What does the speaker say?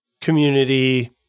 community